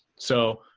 so,